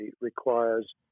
requires